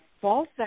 false